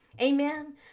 Amen